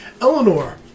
Eleanor